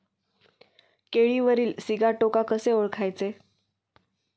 केळीवरील सिगाटोका कसे ओळखायचे?